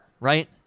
right